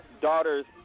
daughter's